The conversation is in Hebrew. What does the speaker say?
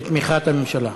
בתמיכת הממשלה.